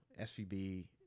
svb